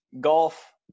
golf